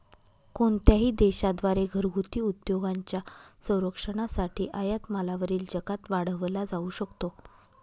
कोणत्याही देशा द्वारे घरगुती उद्योगांच्या संरक्षणासाठी आयात मालावरील जकात वाढवला जाऊ शकतो